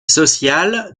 social